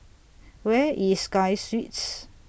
Where IS Sky Suites